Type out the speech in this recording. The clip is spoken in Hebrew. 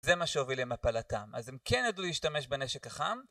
זה מה שהוביל למפלתם, אז אם כן ידעו להשתמש בנשק החם...